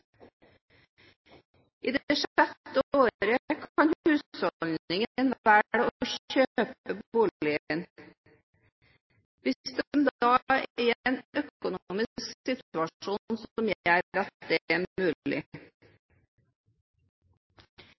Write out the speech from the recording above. I det sjette året kan husholdningen velge å kjøpe boligen hvis den da er i en økonomisk situasjon som gjør at det er mulig.